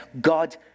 God